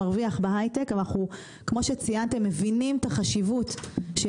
מבינים את החשיבות של להחזיר לפה את האנשים קודם,